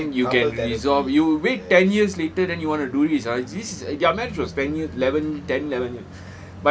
then you can resolve you wait ten years later then you want to do this ah this is their marriage was ten year eleven ten eleven year